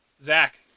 Zach